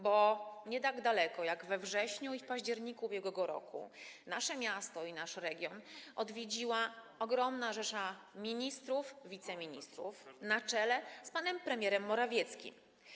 Bo nie tak dawno jak we wrześniu i w październiku ub.r. nasze miasto i nasz region odwiedziła ogromna rzesza ministrów, wiceministrów na czele z panem premierem Morawieckim.